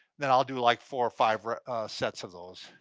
then i'll do like four or five sets of those.